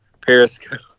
periscope